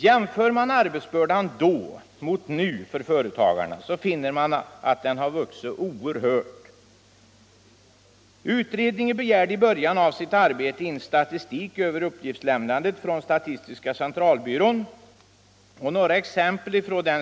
Jämför man arbetsbördan för företagarna då och nu finner man att den har vuxit oerhört. Utredningen begärde i början av sitt arbete statistik från statistiska centralbyrån över uppgiftslämnandet.